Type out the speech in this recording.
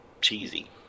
cheesy